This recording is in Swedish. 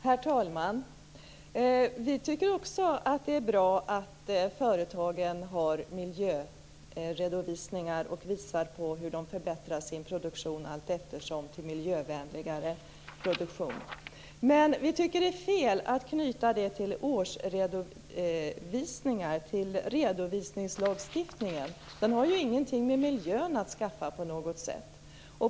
Herr talman! Vi tycker också att det är bra att företagen har miljöredovisningar som visar hur de förbättrar sin produktion allteftersom till miljövänligare produktion. Men vi tycker att det är fel att knyta detta till årsredovisningarna och därmed till redovisningslagstiftningen. Den har ju ingenting med miljön att skaffa på något sätt.